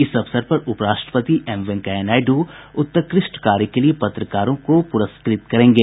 इस अवसर पर उप राष्ट्रपति एम वेंकैया नायड़् उत्कृष्ट कार्य के लिए पत्रकारों को पुरस्कृत करेंगे